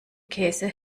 käse